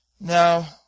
Now